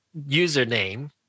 username